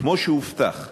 כמו שהובטח,